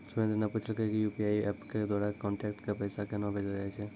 सुरेन्द्र न पूछलकै कि यू.पी.आई एप्प के द्वारा कांटैक्ट क पैसा केन्हा भेजलो जाय छै